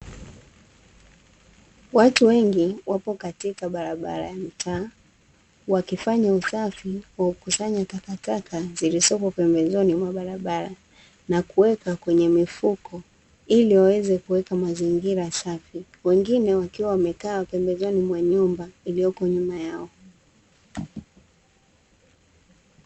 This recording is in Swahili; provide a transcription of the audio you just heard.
Watu wengi wapo katika barabara ya mtaa wakifanya usafi wa kukusanya takataka zilizopo pembezoni mwa barabara na kuweka kwenye mifuko, ili kuweza kuweka mazingira safi wengine wakiwa wamekaa pembezoni mwa nyumba iliyopo nyuma yao.